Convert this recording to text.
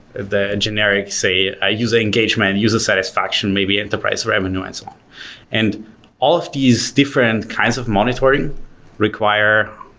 the generic, say ah user engagement, and user satisfaction, maybe enterprise revenue. and so um and all of these different kinds of monitoring require